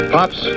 Pops